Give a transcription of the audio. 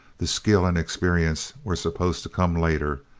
the skill and experience were supposed to come later,